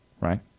right